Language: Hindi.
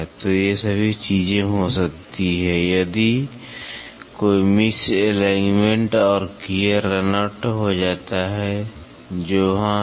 तो ये सभी चीजें हो सकती हैं यदि कोई मिसलिग्न्मेंट और गियर रन आउट हो जाता है जो वहां है